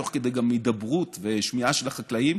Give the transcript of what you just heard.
גם תוך הידברות ושמיעה של החקלאים,